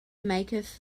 maketh